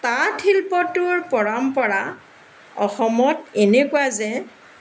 তাঁত শিল্পটোৰ পৰম্পৰা অসমত এনেকুৱা যে